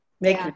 make